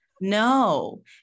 No